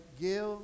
give